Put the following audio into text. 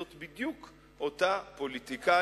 זאת בדיוק אותה פוליטיקאית,